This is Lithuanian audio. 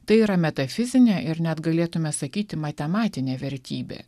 tai yra metafizinė ir net galėtume sakyti matematinė vertybė